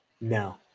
No